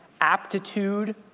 aptitude